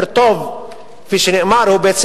כידוע,